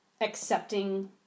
accepting